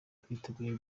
twiteguye